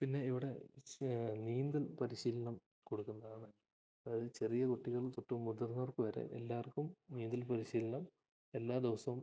പിന്നെ ഇവിടെ നീന്തൽ പരിശീലനം കൊടുക്കുന്നതാണ് അതായത് ചെറിയ കുട്ടികൾ തൊട്ട് മുതിർന്നവർക്കുവരെ എല്ലാവർക്കും നീന്തൽപരിശീലനം എല്ലാ ദിവസവും